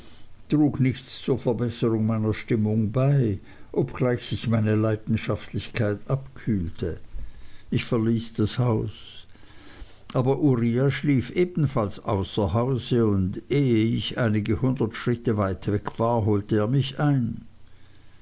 trug nichts zur verbesserung meiner stimmung bei obgleich sich meine leidenschaftlichkeit abkühlte ich verließ das haus aber uriah schlief ebenfalls außer hause und ehe ich einige hundert schritt weit weg war holte er mich ein